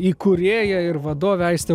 įkūrėja ir vadovė aistė